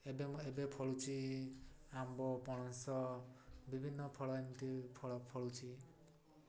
ଏବେ ଏବେ ଫଳୁଛି ଆମ୍ବ ପଣସ ବିଭିନ୍ନ ଫଳ ଏମିତି ଫଳ ଫଳୁଛି